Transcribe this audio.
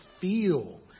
feel